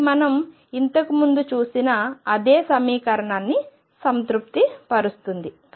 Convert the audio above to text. కాబట్టి ఇది మనం ఇంతకు ముందు చూసిన అదే సమీకరణాన్ని సంతృప్తిపరుస్తుంది